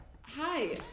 Hi